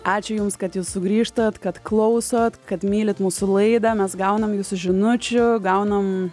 ačiū jums kad jūs sugrįžtat kad klausot kad mylit mūsų laidą mes gaunam su žinučių gaunam